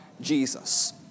Jesus